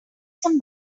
some